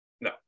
No